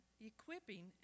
equipping